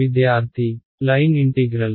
విద్యార్థి line integral